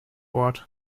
ort